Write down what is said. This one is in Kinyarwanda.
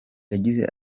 yagize